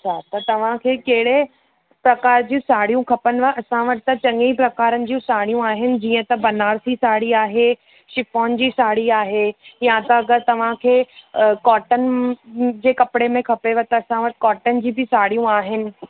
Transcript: अच्छा त तव्हांखे कहिड़े प्रकार जूं साड़ियूं खपंदव असां वटि त चङियूं प्रकारनि जूं साड़ियूं आहिनि जीअं त बनारसी साड़ी आहे शिफॉन जी साड़ी आहे या त अगरि तव्हांखे त कॉटन जे कपिड़े में खपेव त असां वटि कॉटन जी बि साड़ियूं आहिनि